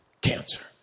Cancer